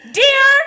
dear